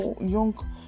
young